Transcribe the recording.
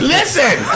Listen